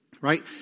right